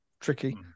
tricky